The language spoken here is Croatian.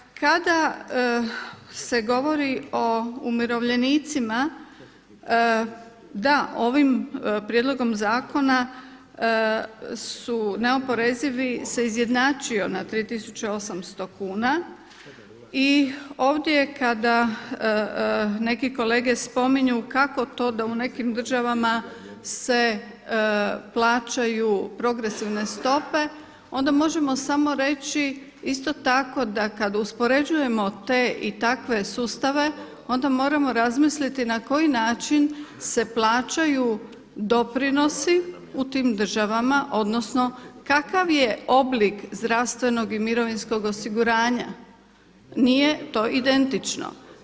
Kada se govori o umirovljenicima, da, ovim prijedlogom zakona su neoporezivi, se izjednačio na 3800 kuna I ovdje kada neki kolege spominju kako to da u nekim državama se plaćaju progresivne stope onda možemo samo reći isto tako da kada uspoređujemo te i takve sustave onda moramo razmisliti na koji način se plaćaju doprinosi u tim državama, odnosno kakav je oblik zdravstvenog i mirovinskog osiguranja, nije to identično.